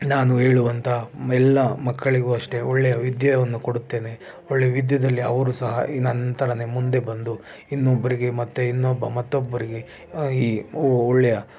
ನಾನು ಹೇಳುವಂಥ ಎಲ್ಲ ಮಕ್ಕಳಿಗೂ ಅಷ್ಟೇ ಒಳ್ಳೆಯ ವಿದ್ಯೆಯನ್ನು ಕೊಡುತ್ತೇನೆ ಒಳ್ಳೆ ವಿದ್ಯೆಯಲ್ಲಿ ಅವ್ರೂ ಸಹ ಈ ನನ್ನ ಥರನೇ ಮುಂದೆ ಬಂದು ಇನ್ನೊಬ್ಬರಿಗೆ ಮತ್ತೆ ಇನ್ನೊಬ್ಬ ಮತ್ತೊಬ್ಬರಿಗೆ ಈ ಒಳ್ಳೆಯ